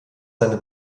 seine